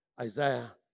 Isaiah